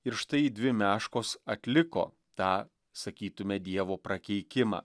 ir štai dvi meškos atliko tą sakytume dievo prakeikimą